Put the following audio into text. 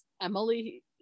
Emily